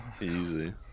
Easy